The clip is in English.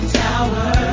tower